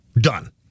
Done